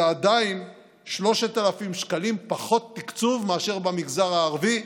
זה עדיין 3,000 שקלים פחות תקצוב מאשר במגזר הערבי.